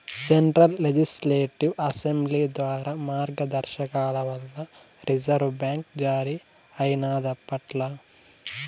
central Legislative Assembly ద్వారా మార్గదర్శకాల వల్ల రిజర్వు బ్యాంక్ జారీ అయినాదప్పట్ల